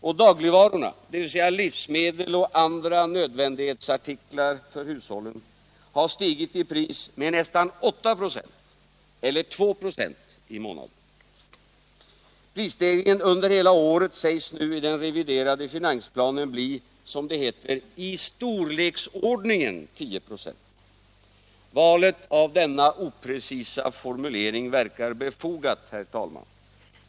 Dagligvarorna, dvs. livsmedel och andra nödvändighetsartiklar för hushållen, har stigit i pris med nästan 8 96 eller 2 96 i månaden. Prisstegringen under hela året sägs nu i den reviderade finansplanen bli, som det heter, ”i storleksordningen” 10 96. Valet av denna oprecisa formulering verkar befogat, herr talman.